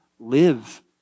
live